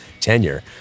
tenure